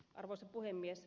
arvoisa puhemies